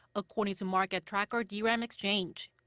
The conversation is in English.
according to market tracker dramexchange.